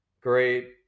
great